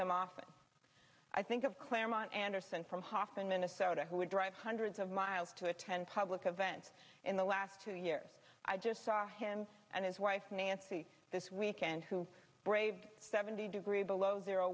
them often i think of claremont anderson from hoxton minnesota who drive hundreds of miles to attend public events in the last two years i just saw him and his wife nancy this weekend who braved seventy degree below zero